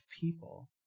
people